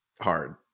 hard